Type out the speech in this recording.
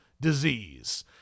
disease